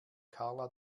karla